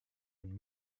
had